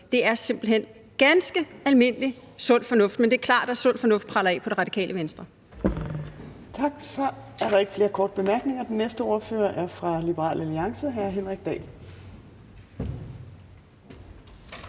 Det er simpelt hen ganske almindelig sund fornuft. Men det er klart, at sund fornuft preller af på Det Radikale Venstre. Kl. 13:01 Fjerde næstformand (Trine Torp): Tak. Så er der ikke flere korte bemærkninger, og den næste ordfører er fra Liberal Alliance, og det er hr. Henrik Dahl.